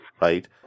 right